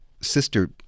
sister